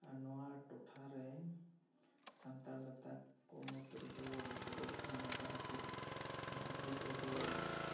ᱟᱨ ᱱᱚᱣᱟ ᱴᱚᱴᱷᱟ ᱨᱮ ᱥᱟᱱᱛᱟᱲ ᱜᱟᱛᱟᱠ ᱠᱚ ᱢᱩᱫᱽ ᱨᱮᱫᱚ ᱵᱚᱫᱚᱞᱚᱜ ᱠᱟᱱᱟ ᱱᱚᱝᱠᱟ ᱠᱟᱛᱮ ᱱᱟᱦᱟᱜ ᱡᱩᱜᱽ ᱨᱮᱫᱚ